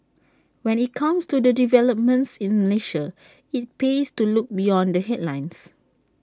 when IT comes to developments in Malaysia IT pays to look beyond the headlines